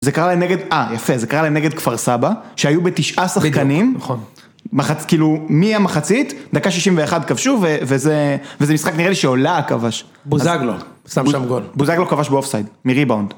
זה קרה להם נגד, אה יפה, זה קרה להם נגד כפר סבא, שהיו בתשעה שחקנים, -בדיוק, נכון. -מהמחצית, דקה 61' כבשו, וזה משחק נראה לי שאולהה כבש. -בוזגלו, שם שם גול. -בוזגלו כבש באופסייד, מריבאונד.